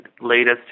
latest